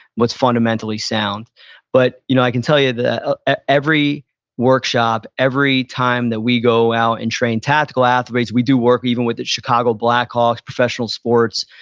what's fundamentally sound but you know i can tell you ah at every workshop, every time that we go out and train tactical athletes, we do work even with the chicago blackhawks, professional sports,